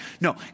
No